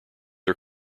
are